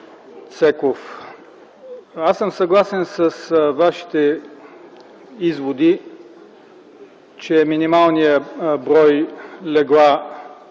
Цеков! Аз съм съгласен с Вашите изводи, че минималният брой легла